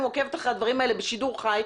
עוקבת אחרי הדברים האלה בשידור חי,